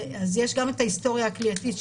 יש גם את ההיסטוריה הכליאתית,